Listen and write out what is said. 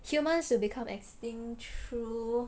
humans will become extinct through